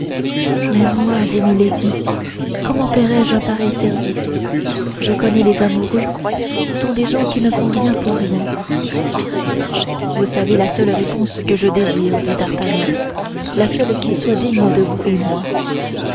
mais moi dit milady comment paierai je un pareil service je connais les amoureux ce sont des gens qui ne font rien pour rien vous savez la seule réponse que je désire dit d'artagnan la seule qui soit digne de vous et de moi